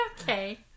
okay